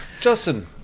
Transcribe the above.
Justin